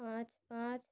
পাঁচ পাঁচ